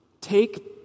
take